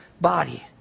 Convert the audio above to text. body